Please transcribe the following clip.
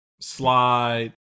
slide